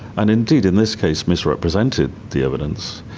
and indeed in this case misrepresented the evidence.